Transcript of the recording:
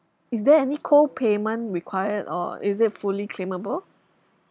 is there any co-payment required or is it fully claimable